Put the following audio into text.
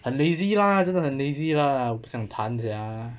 很 lazy lah 真的很 lazy lah 不想弹 sia